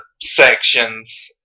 sections